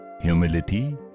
humility